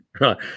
right